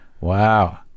Wow